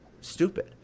stupid